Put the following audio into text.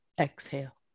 Exhale